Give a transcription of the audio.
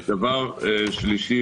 שלישית,